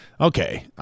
Okay